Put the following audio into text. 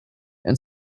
and